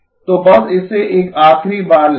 तो बस इसे एक आखिरी बार लिखें